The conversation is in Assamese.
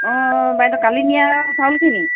অ' বাইদেউ কালি নিয়া চাউলখিনি